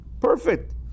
Perfect